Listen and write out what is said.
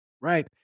Right